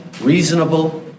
reasonable